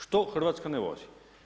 Što Hrvatska ne uvozi?